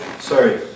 Sorry